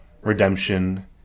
redemption